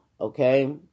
Okay